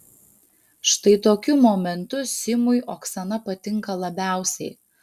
štai tokiu momentu simui oksana patinka labiausiai